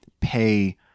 pay